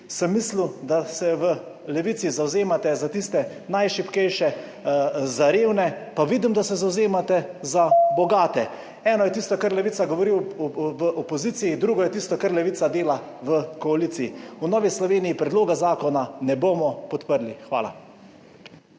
Sem mislil, da se v Levici zavzemate za tiste najšibkejše, za revne, pa vidim, da se zavzemate za bogate. Eno je tisto, kar Levica govori v opoziciji, drugo je tisto, kar Levica dela v koaliciji. V Novi Sloveniji predloga zakona ne bomo podprli. Hvala.